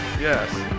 yes